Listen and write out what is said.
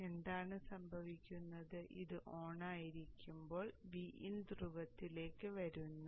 അപ്പോൾ എന്താണ് സംഭവിക്കുന്നത് ഇത് ഓണായിരിക്കുമ്പോൾ Vin ധ്രുവത്തിലേക്ക് വരുന്നു